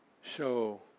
Show